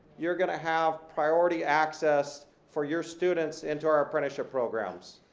you're gonna have priority access for your students into our apprenticeship programs.